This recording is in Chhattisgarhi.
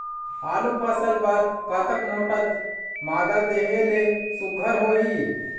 आलू फसल बर कतक मोटा मादा देहे ले सुघ्घर होही?